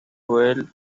well